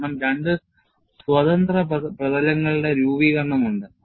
കാരണം രണ്ട് സ്വതന്ത്ര പ്രതലങ്ങളുടെ രൂപീകരണം ഉണ്ട്